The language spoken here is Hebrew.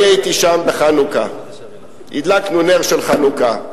אני הייתי שם בחנוכה, הדלקנו נר של חנוכה.